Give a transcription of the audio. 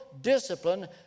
discipline